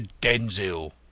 Denzil